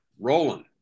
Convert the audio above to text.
rolling